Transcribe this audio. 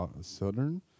Southern